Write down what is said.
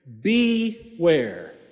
beware